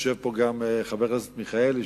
יושב פה גם חבר הכנסת מיכאלי,